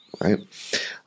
right